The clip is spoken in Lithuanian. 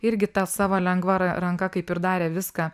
irgi tą savo lengva ranka kaip ir darė viską